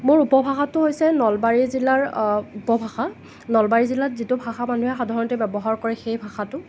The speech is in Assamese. মোৰ উপভাষাটো হৈছে নলবাৰী জিলাৰ উপভাষা নলবাৰী জিলাত যিটো উপভাষা মানুহে সাধাৰণতে ব্যৱহাৰ কৰে সেই ভাষাটো